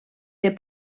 del